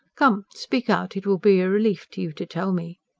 come, speak out. it will be a relief to you to tell me.